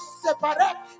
separate